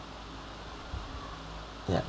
ya